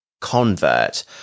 convert